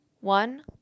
One